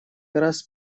раз